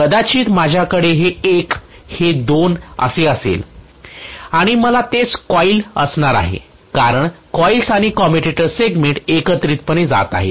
कदाचित हे माझ्याकडे हे 1 हे 2 असे असेल आणि मला तेच कॉइल असणार आहे कारण कॉइल्स आणि कम्युटेटर सेगमेंट्स एकत्रितपणे जात आहेत